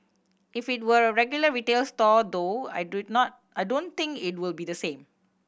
if it were a regular retail store though I do not I don't think it would be the same